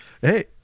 hey